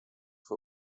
für